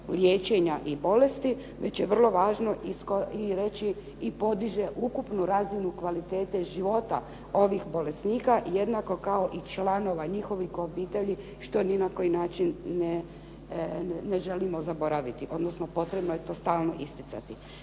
liječenja i bolesti već je vrlo važno reći i podiže ukupnu razinu kvalitete života ovih bolesnika jednako kao i članova njihovih obitelji što ni na koji način ne želimo zaboraviti odnosno potrebno je to stalno isticati.